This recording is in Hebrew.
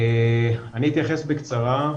אני אתייחס בקצרה.